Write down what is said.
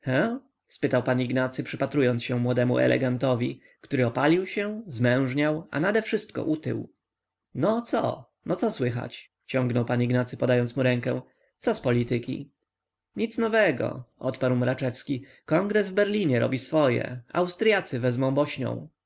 spytał pan ignacy przypatrując się młodemu elegantowi który opalił się zmężniał a nade wszystko utył no co no co słychać ciągnął pan ignacy podając mu rękę co z polityki nic nowego odparł mraczewski kongres w berlinie robi swoje austryacy wezmą bośnią